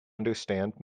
understand